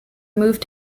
moved